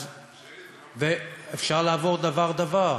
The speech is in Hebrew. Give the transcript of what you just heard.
אפשר לעבור דבר-דבר.